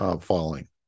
falling